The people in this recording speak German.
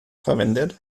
verwendet